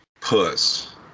puss